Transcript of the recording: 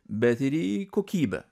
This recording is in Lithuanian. bet ir į kokybę